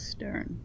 Stern